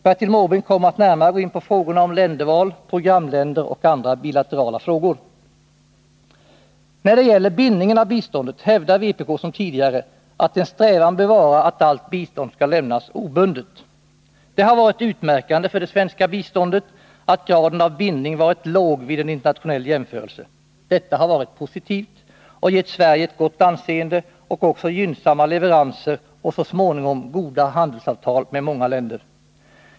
Bertil Måbrink kommer att närmare gå in på frågorna om länderval och programländer samt på andra bilaterala spörsmål. När det gäller bindningen av biståndet hävdar vpk nu som tidigare att en strävan bör vara att allt bistånd skall lämnas obundet. Det har varit utmärkande för det svenska biståndet att graden av bindning varit låg vid en internationell jämförelse. Detta har varit positivt, och det har gett Sverige ett gott anseende och gynnsamma leveranser och så småningom också goda handelsavtal med många länder.